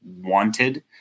wanted